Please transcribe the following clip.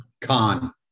con